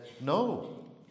No